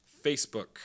facebook